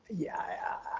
yeah,